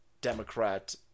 Democrat